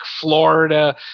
Florida